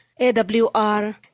AWR